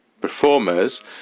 performers